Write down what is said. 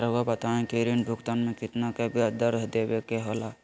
रहुआ बताइं कि ऋण भुगतान में कितना का ब्याज दर देवें के होला?